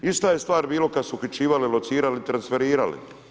Ista je stvar bilo kada su uhićivali, locirali i transferirali.